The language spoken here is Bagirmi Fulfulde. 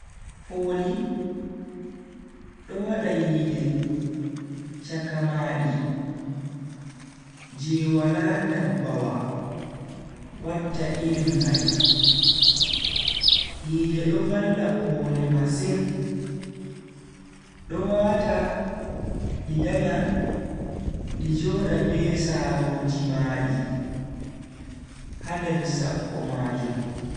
Pooli do wada yiide chaka ma di je wala ndabbawa watta irin mai. Yide do valla pooli masin do wata di danya di joda be saaro ji maadi ha nder sabbo majum.